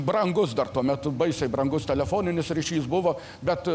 brangus dar tuo metu baisiai brangus telefoninis ryšys buvo bet